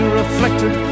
reflected